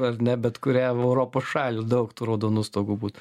ar ne bet kurią europos šalį daug tų raudonų stogų būtų